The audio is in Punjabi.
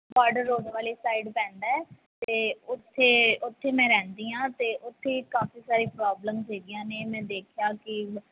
ਬਾਰਡਰ ਰੋਡ ਵਾਲੀ ਸਾਈਡ ਪੈਂਦਾ ਅਤੇ ਉੱਥੇ ਉੱਥੇ ਮੈਂ ਰਹਿੰਦੀ ਹਾਂ ਅਤੇ ਉੱਥੇ ਕਾਫੀ ਸਾਰੀ ਪ੍ਰੋਬਲਮਸ ਹੈਗੀਆਂ ਨੇ ਮੈਂ ਦੇਖਿਆ ਕਿ